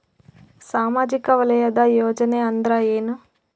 ಸಾಮಾಜಿಕ ವಲಯದ ಯೋಜನೆ ಅಂದ್ರ ಏನ?